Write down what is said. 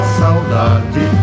saudade